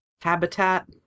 habitat